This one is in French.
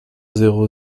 zéro